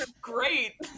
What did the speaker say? great